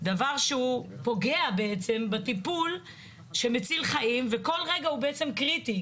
דבר שהוא פוגע בעצם בטיפול שמציל חיים וכל רגע הוא בעצם קריטי,